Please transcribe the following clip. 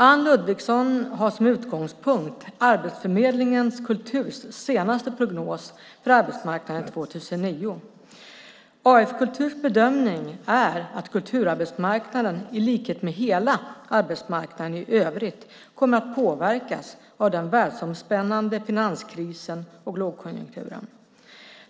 Anne Ludvigsson har som utgångspunkt Arbetsförmedlingen Kulturs senaste prognos för arbetsmarknaden 2009. AF Kulturs bedömning är att kulturarbetsmarknaden i likhet med hela arbetsmarknaden i övrigt kommer att påverkas av den världsomspännande finanskrisen och lågkonjunkturen.